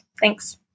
Thanks